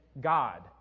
God